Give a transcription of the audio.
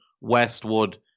Westwood